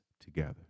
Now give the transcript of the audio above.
together